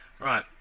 right